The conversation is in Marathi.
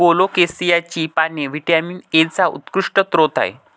कोलोकेसियाची पाने व्हिटॅमिन एचा उत्कृष्ट स्रोत आहेत